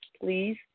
please